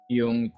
yung